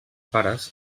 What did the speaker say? pares